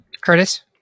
Curtis